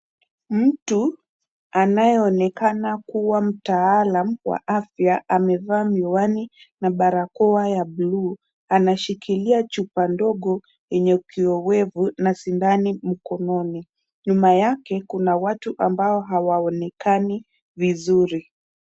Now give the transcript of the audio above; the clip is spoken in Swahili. Mtu anayeonekana kuwa mtaalam wa afya amevaa miwani na barakoa ya buluu. Anashikilia chupa ndogo yenye kioevu na sindani mkononi. Nyuma yake, kuna watu ambao hawaonekani vizuri.